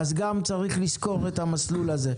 צריך לזכור גם את המסלול הזה.